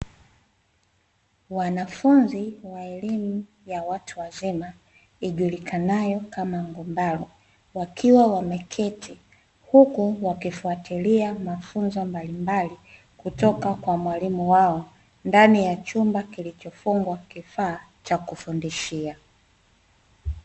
Wanafunzi wa elimu ya watu wazima ijulikanayo kama ngumbalu wakiwa wameketi, huku wakifuatilia mafunzo mbalimbali kutoka kwa mwalimu wao, ndani ya chumba kilichofungwa Kifaa cha kufundishia.